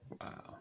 Wow